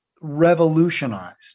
revolutionized